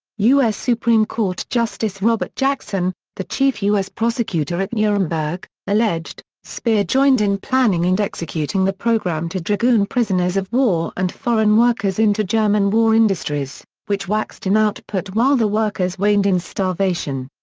u s. supreme court justice robert jackson, the chief u s. prosecutor at nuremberg, alleged, speer joined in planning and executing the program to dragoon prisoners of war and foreign workers into german war industries, which waxed in output while the workers waned in starvation.